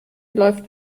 läuft